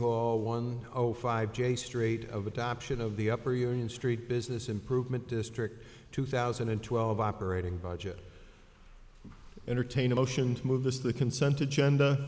hall one o five j straight of adoption of the upper union street business improvement district two thousand and twelve operating budget entertain a motion to move this the consent agenda